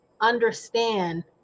understand